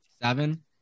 seven